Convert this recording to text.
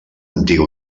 antiga